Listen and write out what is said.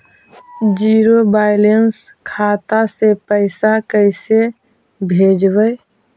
Zero balance खाता से पैसा कैसे भेजबइ?